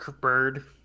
bird